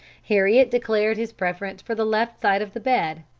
heriot declared his preference for the left side of the bed,